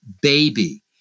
baby